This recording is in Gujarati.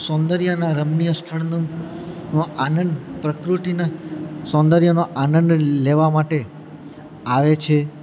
સૌંદર્યના રમણીયા સ્થળનો આનંદ પ્રકૃતિના સૌંદર્યનો આનંદ લેવા માટે આવે છે